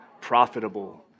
Profitable